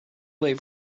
late